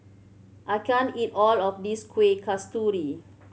I can't eat all of this Kuih Kasturi